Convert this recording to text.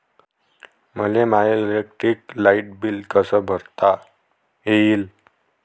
मले माय electric light bill कस भरता येईल?